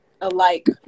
alike